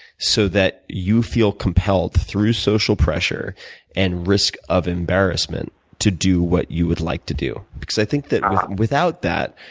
so that you feel compelled through social pressure and risk of embarrassment to do what you would like to do. because i think that without that,